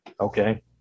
Okay